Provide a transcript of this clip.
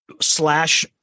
Slash